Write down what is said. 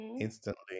instantly